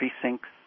precincts